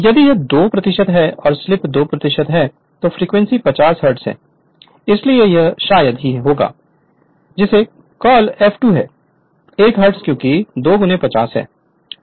यदि यह 2 है और स्लिप 2 है तो f 50 हर्ट्ज है इसलिए यह शायद ही होगा जिसे कॉल F2 है 1 हर्ट्ज़ क्योंकि 02 50 है